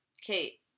Kate